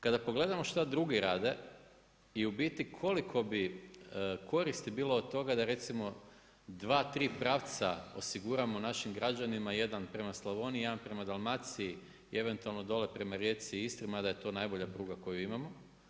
Kada pogledamo što drugi rade i u biti koliko bi koristi bilo od toga da recimo, 2, 3 pravca osiguramo našim građanima, jedan prema Slavoniji, jedan prema Dalmaciji i eventualno dole prema Rijeci i Istri, ma da je to najbolja pruga koju imamo.